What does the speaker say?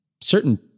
certain